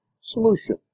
solution